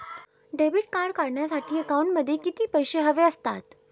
Debit card काढण्यासाठी अकाउंटमध्ये किती पैसे हवे असतात?